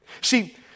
See